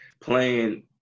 playing